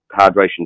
hydration